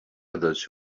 others